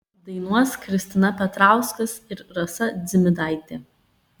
dainuos kristina petrauskas ir rasa dzimidaitė